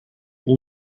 all